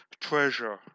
treasure